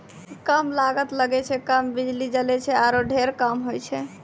कम लागत लगै छै, कम बिजली जलै छै आरो ढेर काम होय छै